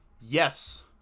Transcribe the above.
Yes